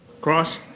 Cross